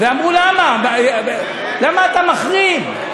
ואמרו: למה אתה מחרים?